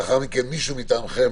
לאחר מכן מישהו מטעמכם